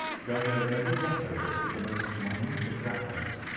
going over every letter of it with the most minute exactness.